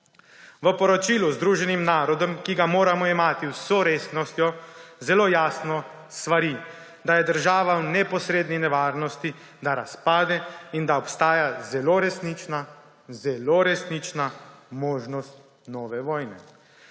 V poročilu Združenim narodom, ki ga moramo jemati z vso resnostjo, zelo jasno svari, da je država v neposredni nevarnosti, da razpade in da obstaja zelo resnična, zelo resnična možnost nove vojne.